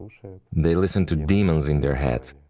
they listen to demons in their heads.